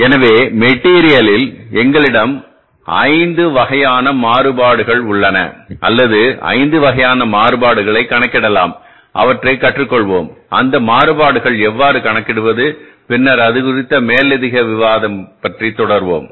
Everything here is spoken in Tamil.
எனவே மெட்டீரியலில் எங்களிடம் 5 வகையான மாறுபாடுகள் உள்ளன அல்லது 5 வகையான மாறுபாடுகளைக் கணக்கிடலாம் அவற்றைக் கற்றுக்கொள்வோம் அந்த மாறுபாடுகளை எவ்வாறு கணக்கிடுவது பின்னர் அது குறித்த மேலதிக விவாதம்